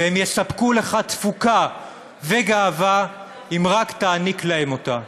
והם יספקו לך תפוקה וגאווה אם רק תעניק להם אותה.